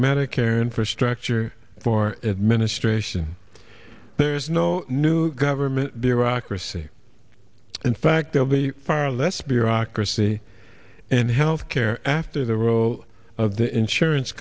medicare infrastructure for administration there's no new government bureaucracy in fact they'll be far less bureaucracy and health care after the role of the insurance